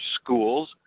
schools